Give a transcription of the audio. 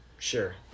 Sure